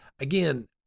again